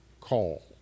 call